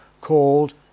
called